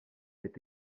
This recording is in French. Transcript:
est